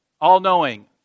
all-knowing